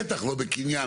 בטח לא בקניין.